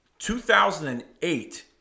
2008